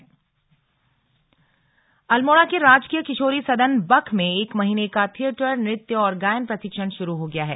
नृत्य गायन प्रशिक्षण अल्मोड़ा के राजकीय किशोरी सदन बख में एक महीने का थियेटर नृत्य और गायन प्रशिक्षण शुरू हो गया है